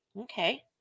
Okay